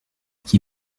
qui